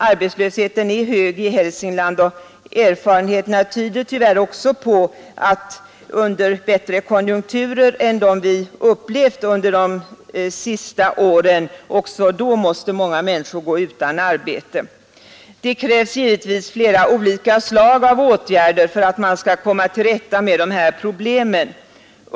Arbetslösheten är hög i Hälsingland, och erfarenheterna tyder tyvärr på att också under bättre konjunkturer än de vi upplevt under de senaste åren måste många människor gå utan arbete. Det krävs givetvis flera olika slag av åtgärder för att man skall komma till rätta med de här problemen.